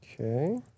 Okay